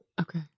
Okay